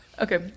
Okay